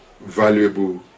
valuable